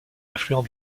affluent